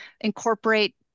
incorporate